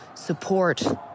support